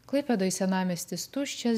klaipėdoj senamiestis tuščias